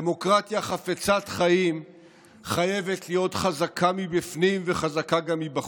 "דמוקרטיה חפצת חיים חייבת להיות חזקה מבפנים וחזקה גם מבחוץ.